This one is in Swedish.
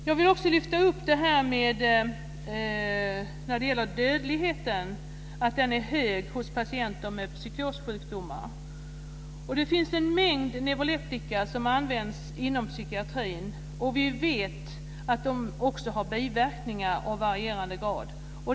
Jag vill också lyfta fram att dödligheten är hög hos patienter med psykiska sjukdomar. Det finns en mängd neuroleptika som används inom psykiatrin, och vi vet att de också har biverkningar av varierande grad.